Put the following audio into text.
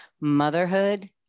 motherhood